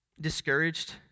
discouraged